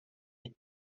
hate